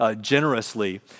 generously